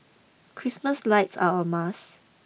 Christmas lights are a must